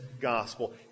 gospel